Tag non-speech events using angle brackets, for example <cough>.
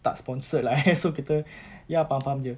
tak sponsored lah eh <laughs> so kita ya faham-faham jer